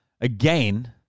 again